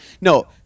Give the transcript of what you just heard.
No